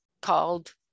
called